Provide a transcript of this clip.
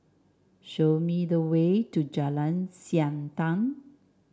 show me the way to Jalan Siantan